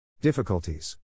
Difficulties